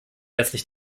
herzlich